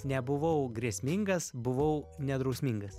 nebuvau grėsmingas buvau nedrausmingas